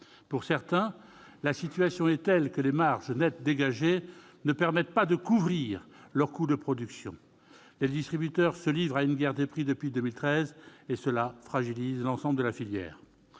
Pour certains, la situation est telle que les marges nettes dégagées ne leur permettent pas de couvrir les coûts de production. Les distributeurs se livrent à une guerre des prix depuis 2013, ce qui fragilise l'ensemble de la filière.